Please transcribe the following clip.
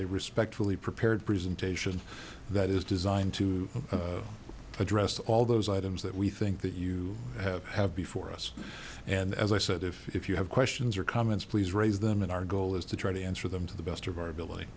a respectfully prepared presentation that is designed to address all those items that we think that you have have before us and as i said if you have questions or comments please raise them and our goal is to try to answer them to the best of our abil